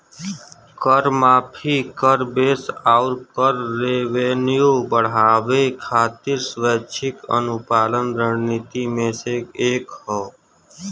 कर माफी, कर बेस आउर कर रेवेन्यू बढ़ावे खातिर स्वैच्छिक अनुपालन रणनीति में से एक हौ